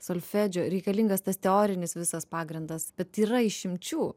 solfedžio reikalingas tas teorinis visas pagrindas bet yra išimčių